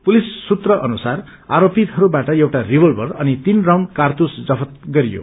police सूत्र अनुसार आरोपीहरूबाट एउटा रिवल्पर अनि तीन राउण्ड कारतूस जफ्त गरियो